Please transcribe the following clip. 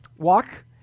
Walk